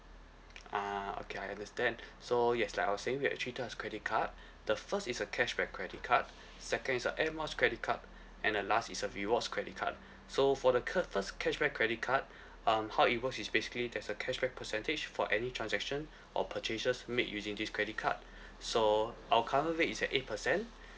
ah okay I understand so yes like I was saying we actually three types of credit card the first is a cashback credit card second is a air miles credit card and the last is a rewards credit card so for the characters cashback credit card um how it works is basically there's a cashback percentage for any transaction or purchases make using this credit card so our current rate is at eight percent